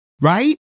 right